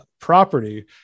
property